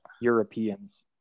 Europeans